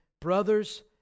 brothers